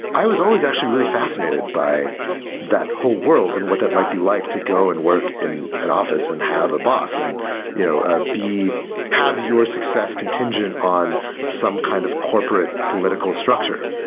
i was always actually really fascinated by that whole world and what that might be like to go and work in an office and have boss and you know ah have your success contingent on some kind of corporate political structure.